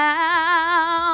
Now